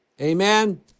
amen